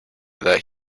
that